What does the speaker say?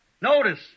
Notice